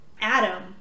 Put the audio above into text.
Adam